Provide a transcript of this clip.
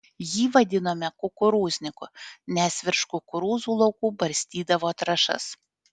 jį vadinome kukurūzniku nes virš kukurūzų laukų barstydavo trąšas